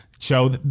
Show